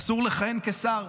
אסור לכהן כשר.